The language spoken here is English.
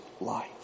life